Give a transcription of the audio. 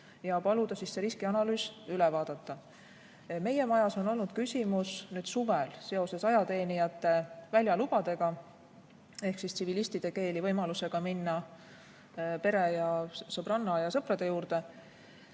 ja paluda see riskianalüüs üle vaadata. Meie majas on olnud küsimus suvel seoses ajateenijate väljalubadega ehk tsivilistide keeli võimalusega minna pere ja sõbranna ja sõprade juurde.